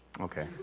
Okay